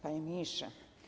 Panie Ministrze!